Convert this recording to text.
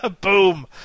Boom